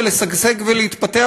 ולשגשג ולהתפתח,